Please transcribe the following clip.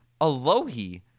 Alohi